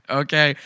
okay